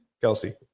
kelsey